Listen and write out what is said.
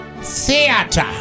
Theater